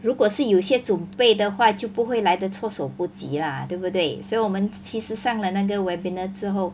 如果是有些准备的话就不会来得措手不及 lah 对不对所以我们其实上了那个 webinar 之后